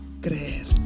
creer